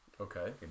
Okay